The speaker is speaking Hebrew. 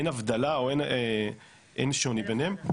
אין הבדלה או אין שוני ביניהם,